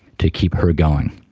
to keep her going